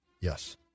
Yes